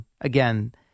again